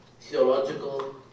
theological